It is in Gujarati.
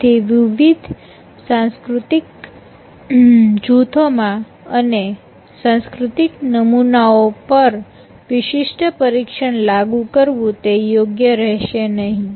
તેથી વિવિધ સાંસ્કૃતિક જૂથોમાં અને સાંસ્કૃતિક નમૂનાઓ પર વિશિષ્ટ પરીક્ષણ લાગુ કરવું તે યોગ્ય રહેશે નહીં